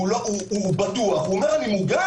ואומר: אני מוגן.